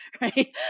right